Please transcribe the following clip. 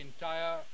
entire